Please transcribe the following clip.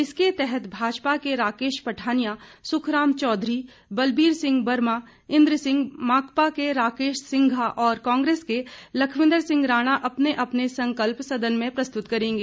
इसके तहत भाजपा के राकेश पठानिया सुख राम चौधरी बलबीर सिंह बर्मा इंद्र सिंह माकपा के राकेश सिंघा और कांग्रेस के लखविंद्र सिंह राणा अपने अपने संकल्प सदन मे प्रस्तुत करेंगे